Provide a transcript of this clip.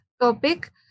topic